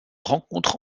rencontre